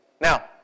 Now